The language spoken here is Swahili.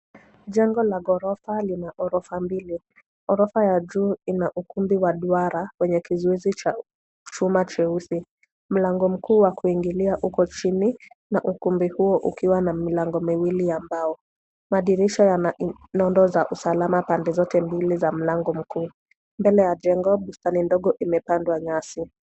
Jengo la ghorofa lina ghorofa mbili. Ghorofa ya juu ina ukumbi wa duara wenye kizuizi cha chuma cheusi. Mlango mkuu wa kuingilia uko chini na ukumbi huo ukiwa na milango miwili ya mbao. Madirisha yana nondo za usalama pande zote mbili za mlango mkuu. Mbele ya jengo bustani ndogo imepandwa nyasi.